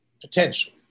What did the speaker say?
potential